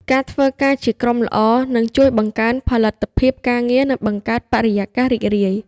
ការធ្វើការជាក្រុមល្អនឹងជួយបង្កើនផលិតភាពការងារនិងបង្កើតបរិយាកាសរីករាយ។